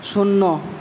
শূন্য